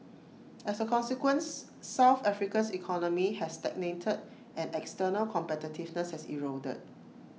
as A consequence south Africa's economy has stagnated and external competitiveness has eroded